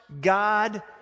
God